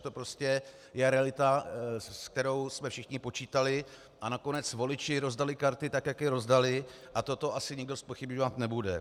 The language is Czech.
To prostě je realita, s kterou jsme všichni počítali, a nakonec voliči rozdali karty tak, jak je rozdali, a toto asi nikdo zpochybňovat nebude.